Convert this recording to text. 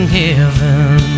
heaven